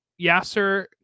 Yasser